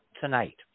tonight